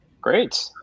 great